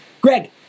Greg